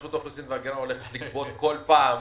רשות האוכלוסין וההגירה הולכת לגבות כסף בכל פעם